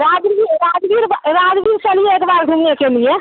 राजगीर राजगीर राजगीर चलिए एक बार घूमने के लिए